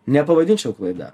nepavadinčiau klaida